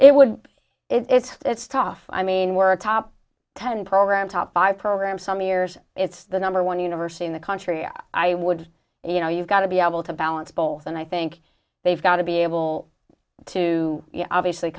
would it's tough i mean we're a top ten program top five program some years it's the number one university in the country i would you know you've got to be able to balance both and i think they've got to be able to obviously